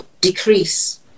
decrease